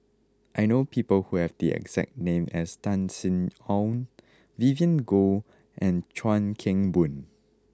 I know people who have the exact name as Tan Sin Aun Vivien Goh and Chuan Keng Boon